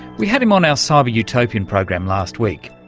we had him on our cyber-utopian program last week.